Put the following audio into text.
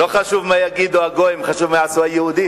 לא חשוב מה יגידו הגויים, חשוב מה יעשו היהודים.